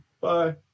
Bye